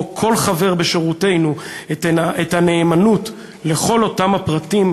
כל חבר בשורותינו את הנאמנות לכל אותם הפרטים,